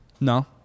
No